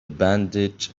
bandage